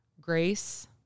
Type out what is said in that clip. grace